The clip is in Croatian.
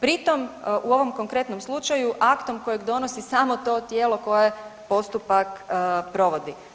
Pritom u ovom konkretnom slučaju aktom kojeg donosi samo to tijelo koje postupak provodi.